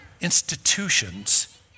institutions